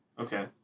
Okay